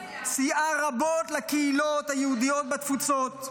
סייעה רבות לקהילות היהודיות בתפוצות,